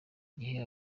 gihe